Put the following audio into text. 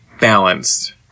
balanced